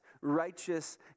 righteous